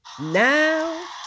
now